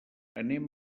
anem